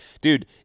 dude